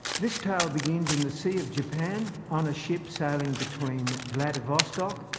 this tale begins in the sea of japan, on a ship sailing between vladivostok,